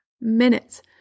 minutes